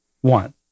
One